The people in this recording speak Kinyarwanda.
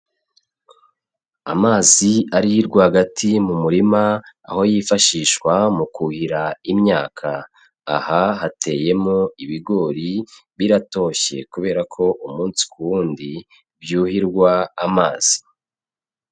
Amazi ari rwagati mu murima aho yifashishwa mu kuhira imyaka, aha hateyemo ibigori biratoshye kubera ko umunsi ku wundi byuhirwa amazi.